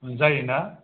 जायोना